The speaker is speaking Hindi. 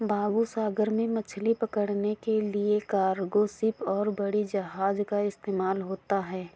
बाबू सागर में मछली पकड़ने के लिए कार्गो शिप और बड़ी जहाज़ का इस्तेमाल होता है